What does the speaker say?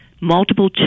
multiple